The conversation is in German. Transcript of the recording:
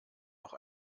noch